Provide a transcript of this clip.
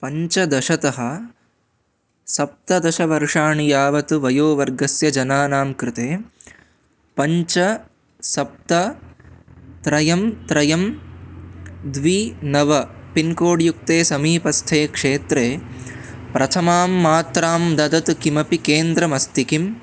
पञ्चदशतः सप्तदशवर्षाणि यावत् वयोवर्गस्य जनानां कृते पञ्च सप्त त्रयं त्रयं द्वि नव पिन्कोड्युक्ते समीपस्थे क्षेत्रे प्रथमां मात्रां ददत् किमपि केन्द्रमस्ति किम्